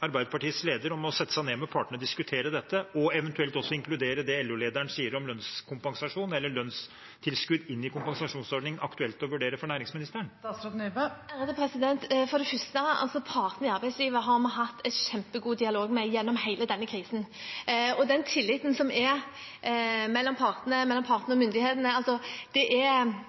Arbeiderpartiets leder om å sette seg ned med partene og diskutere dette, og eventuelt også å inkludere det LO-lederen sier om lønnstilskudd inn i kompensasjonsordningen, aktuelt å vurdere for næringsministeren? For det første: Partene i arbeidslivet har vi hatt en kjempegod dialog med gjennom hele denne krisen. Den tilliten som er mellom partene og myndighetene, har virkelig gjort at vi har fått på plass disse ordningene raskt, og